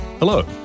Hello